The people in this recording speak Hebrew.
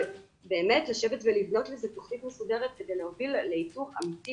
באמת לשבת ולבנות לזה תוכנית מסודרת כדי להוביל לייצוג אמיתי